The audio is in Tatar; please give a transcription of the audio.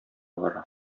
бара